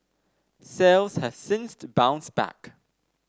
sales have since bounced back